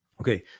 okay